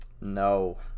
no